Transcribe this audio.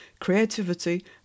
creativity